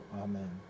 Amen